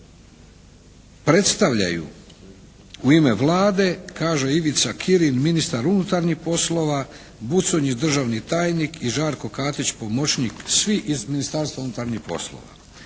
saboru predstavljaju u ime Vlade kaže Ivica Kirin, ministar unutarnjih poslova, Buconjić državni tajnik i Žarko Katić, pomoćnik, svi iz Ministarstva unutarnjih poslova.